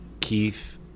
Keith